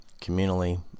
communally